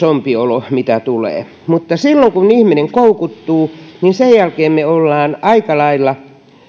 zombiolo mitä tulee mutta silloin kun ihminen koukuttuu sen jälkeen me olemme aika lailla